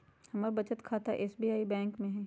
हमर बचत खता एस.बी.आई बैंक में हइ